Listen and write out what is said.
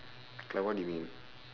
like what do you mean